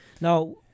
Now